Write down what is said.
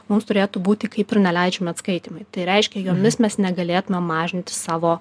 mums turėtų būti kaip ir neleidžiami atskaitymai tai reiškia jomis mes negalėtumėm mažinti savo